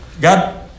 God